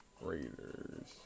Raiders